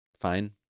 Fine